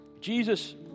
Jesus